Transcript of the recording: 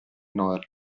nord